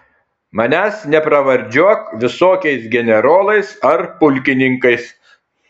manęs nepravardžiuok visokiais generolais ar pulkininkais